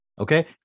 Okay